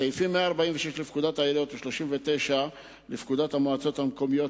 סעיפים 146 לפקודת העיריות ו-39 לפקודת המועצות המקומיות